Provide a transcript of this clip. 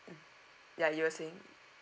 ya you were saying